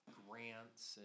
grants